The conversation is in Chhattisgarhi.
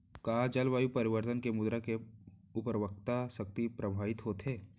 का जलवायु परिवर्तन से मृदा के उर्वरकता शक्ति प्रभावित होथे?